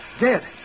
Dead